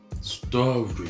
story